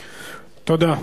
תודה.